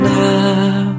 now